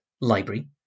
Library